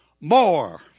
more